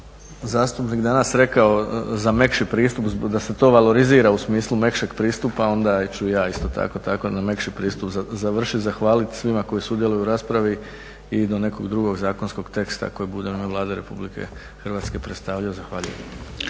zastupnik danas rekao za mekši pristup da se to valorizira u smislu mekšeg pristupa onda ću i ja isto tako na mekši pristup završiti, zahvaliti svima koji sudjeluju u raspravi i do nekog drugog zakonskog teksta koji budem na Vladi RH predstavljao zahvaljujem.